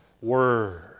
Word